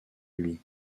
lui